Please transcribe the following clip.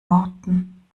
worten